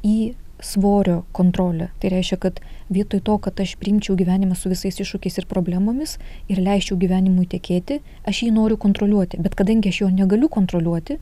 į svorio kontrolę tai reiškia kad vietoj to kad aš priimčiau gyvenimą su visais iššūkiais ir problemomis ir leisčiau gyvenimui tekėti aš jį noriu kontroliuoti bet kadangi aš jo negaliu kontroliuoti